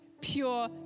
pure